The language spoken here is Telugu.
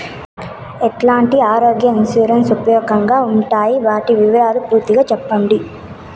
ఎట్లాంటి ఆరోగ్య ఇన్సూరెన్సు ఉపయోగం గా ఉండాయి వాటి వివరాలు పూర్తిగా సెప్పండి?